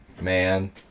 Man